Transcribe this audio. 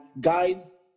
guys